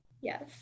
Yes